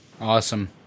awesome